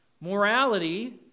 Morality